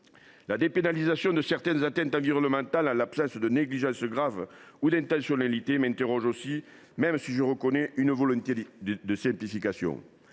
La dépénalisation de certaines atteintes environnementales en l’absence de négligence grave ou d’intentionnalité m’interroge aussi, même si je reconnais une volonté de simplification.